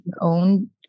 own